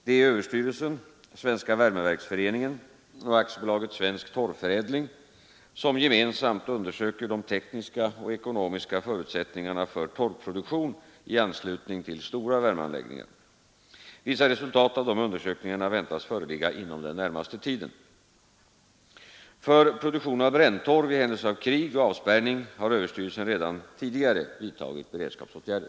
Det är överstyrelsen, Svenska värmeverksföreningen och AB Svensk torvförädling som gemensamt undersöker de tekniska och ekonomiska förutsättningarna för torvproduktion i anslutning till stora värmeanläggningar. Vissa resultat av dessa undersökningar väntas föreligga inom den närmaste tiden. För produktion av bränntorv i händelse av krig och avspärrning har överstyrelsen redan tidigare vidtagit beredskapsåtgärder.